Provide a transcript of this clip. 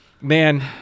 man